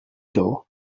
door